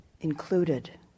included